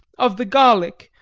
of the garlic,